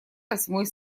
восьмой